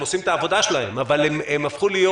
הם עושים את העבודה שלהם אבל הם הפכו להיות